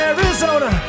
Arizona